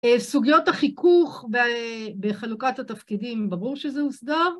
סוגיות החיכוך בחלוקת התפקידים, ברור שזה הוסדר.